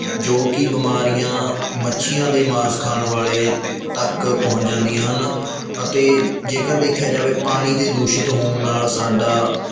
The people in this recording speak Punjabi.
ਜੋ ਕਿ ਬਿਮਾਰੀਆਂ ਮੱਛੀਆਂ ਦੇ ਮਾਸ ਖਾਣ ਵਾਲੇ ਤੱਕ ਪਹੁੰਚ ਜਾਂਦੀਆਂ ਹਨ ਅਤੇ ਜੇਕਰ ਦੇਖਿਆ ਜਾਵੇ ਪਾਣੀ ਦੇ ਦੂਸ਼ਿਤ ਹੋਣ ਨਾਲ ਸਾਡਾ